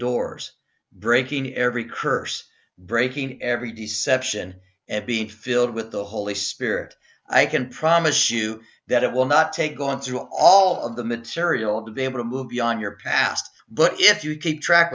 doors breaking every curse breaking every deception and be filled with the holy spirit i can promise you that it will not take going through all of the material to be able to move beyond your past but if you keep track